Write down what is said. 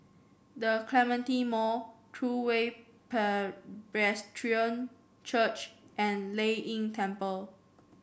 The Clementi Mall True Way Presbyterian Church and Lei Yin Temple